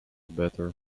better